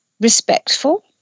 respectful